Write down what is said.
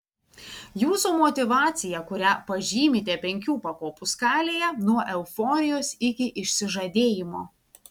jūsų motyvacija kurią pažymite penkių pakopų skalėje nuo euforijos iki išsižadėjimo